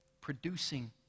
producing